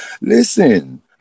Listen